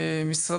גל